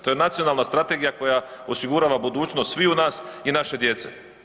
To je nacionalna strategija koja osigurava budućnost sviju nas i naše djece.